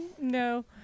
No